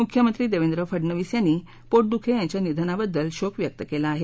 मुख्यमंत्री देवेंद्र फडनवीस यांनी पोटदुखे यांच्या निधनाबद्ल शोक व्यक्त केला आहे